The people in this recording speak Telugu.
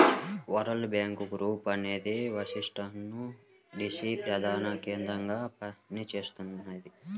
వరల్డ్ బ్యాంక్ గ్రూప్ అనేది వాషింగ్టన్ డీసీ ప్రధానకేంద్రంగా పనిచేస్తున్నది